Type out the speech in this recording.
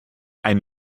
ein